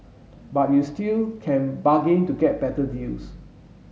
but you still can bargain to get better deals